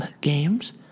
games